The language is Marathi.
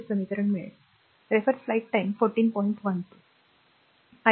हे समीकरण मिळेल i3 1